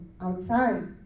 outside